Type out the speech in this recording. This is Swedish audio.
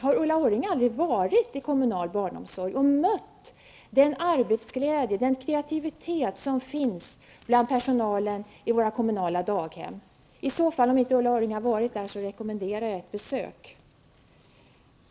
Har Ulla Orring aldrig varit i kommunal barnomsorg och mött den arbetsglädje och den kreativitet som finns bland personalen i våra kommunala daghem? I så fall rekommenderar jag ett besök.